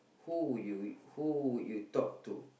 who would you who would you talk to